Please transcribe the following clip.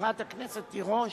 חברת הכנסת תירוש,